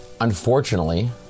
unfortunately